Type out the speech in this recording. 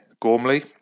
Gormley